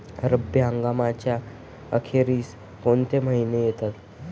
रब्बी हंगामाच्या अखेरीस कोणते महिने येतात?